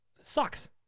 sucks